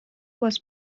was